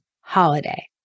holiday